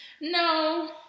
No